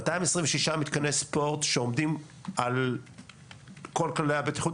226 מתקני ספורט שעומדים על כל כללי הבטיחות,